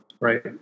right